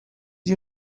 you